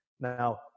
Now